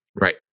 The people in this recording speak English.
Right